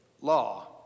Law